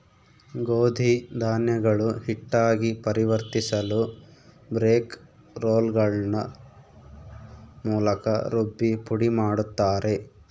ಗೋಧಿ ಧಾನ್ಯಗಳು ಹಿಟ್ಟಾಗಿ ಪರಿವರ್ತಿಸಲುಬ್ರೇಕ್ ರೋಲ್ಗಳ ಮೂಲಕ ರುಬ್ಬಿ ಪುಡಿಮಾಡುತ್ತಾರೆ